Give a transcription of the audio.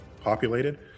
populated